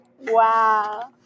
wow